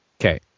Okay